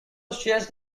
shares